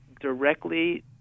directly